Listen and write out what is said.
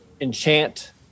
enchant